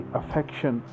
affection